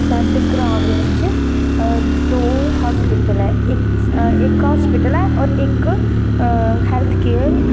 साढ़े ग्रां बिच दो हस्पिटल ना इक हास्पिटल ऐ इक हैल्थ केयर डिंसपैंसरी ऐ